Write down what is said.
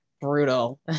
brutal